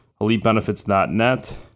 EliteBenefits.net